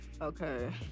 Okay